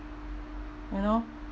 you know